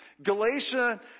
Galatia